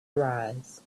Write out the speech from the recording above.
arise